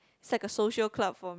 it's like a social club for